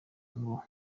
ngo